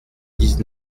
dix